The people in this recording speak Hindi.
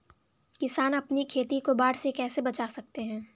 किसान अपनी खेती को बाढ़ से कैसे बचा सकते हैं?